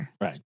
Right